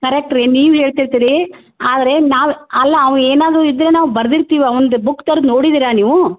correct ರೀ ನೀವು ಹೇಳ್ತಿರ್ತೀರಿ ಆದರೆ ನಾವು ಅಲ್ಲ ಅವ ಏನಾದರು ಇದ್ದರೆ ನಾವು ಬರ್ದಿರ್ತಿವಿ ಅವ್ನ್ದು ಬುಕ್ ತೆರ್ದು ನೋಡಿದ್ದೀರ ನೀವು